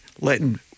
letting